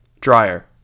dryer